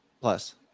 Plus